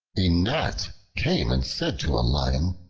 a gnat came and said to a lion,